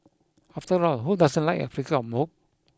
after all who doesn't like a flicker of mope